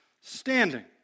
standing